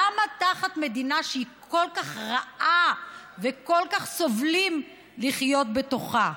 למה תחת מדינה שהיא כל כך רעה וכל כך סובלים לחיות בתוכה?